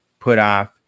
Putoff